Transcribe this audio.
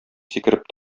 сикереп